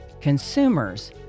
consumers